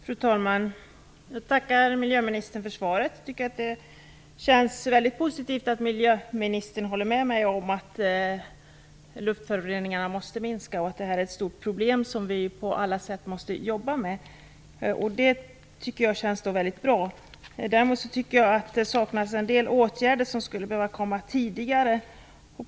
Fru talman! Jag tackar miljöministern för svaret. Det känns väldigt positivt att miljöministern håller med mig om att luftföroreningarna måste minska och att de är ett stort problem, som vi på alla sätt måste jobba med. Däremot tycker jag att det saknas en del åtgärder, som skulle behöva vidtas tidigare.